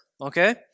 okay